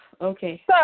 Okay